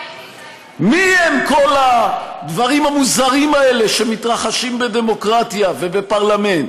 מהם כל הדברים המוזרים האלה שמתרחשים בדמוקרטיה ובפרלמנט?